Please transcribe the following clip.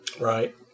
Right